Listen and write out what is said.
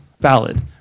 valid